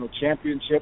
championship